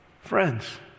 Friends